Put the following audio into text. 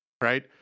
right